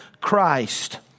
Christ